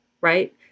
right